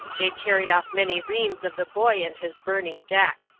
they carried off many reams of the boy and his burning deck.